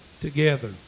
together